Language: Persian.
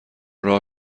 راه